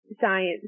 science